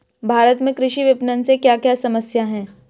भारत में कृषि विपणन से क्या क्या समस्या हैं?